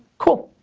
cool.